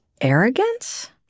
arrogance